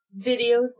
videos